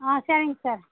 ஆ சரிங்க சார்